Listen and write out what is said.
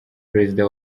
perezida